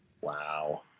Wow